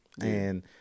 And-